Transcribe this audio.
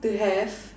to have